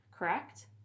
Correct